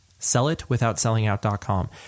Sellitwithoutsellingout.com